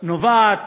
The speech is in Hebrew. נובעת